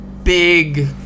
Big